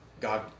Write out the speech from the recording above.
God